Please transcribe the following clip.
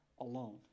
alone